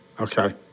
Okay